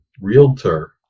realtor